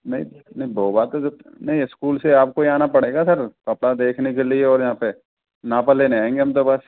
नहीं नहीं वो बात तो नहीं स्कूल से आपको ही आना पड़ेगा सर कपड़ा देखने के लिए और यहाँ पे नाप लेने आएंगे हम तो बस